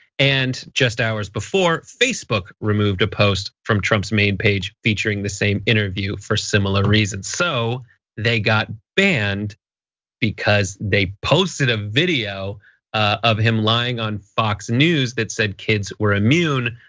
and just hours before, facebook removed a post from trump's main page, featuring the same interview for similar reasons. so they got banned because they posted a video of him lying on fox news that said kids were immune,